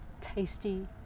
tasty